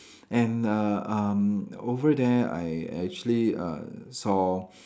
and uh um over there I actually uh saw